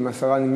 אם שרת הבריאות,